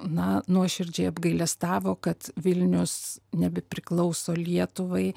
na nuoširdžiai apgailestavo kad vilnius nebepriklauso lietuvai